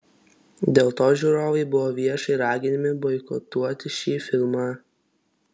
dėl to žiūrovai buvo viešai raginami boikotuoti šį filmą